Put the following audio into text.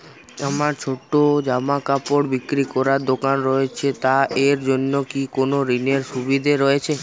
আমার ছোটো জামাকাপড় বিক্রি করার দোকান রয়েছে তা এর জন্য কি কোনো ঋণের সুবিধে রয়েছে?